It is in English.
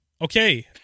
Okay